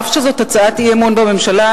אף שזאת הצעת אי-אמון בממשלה,